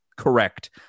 Correct